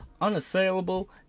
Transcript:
unassailable